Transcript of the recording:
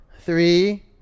Three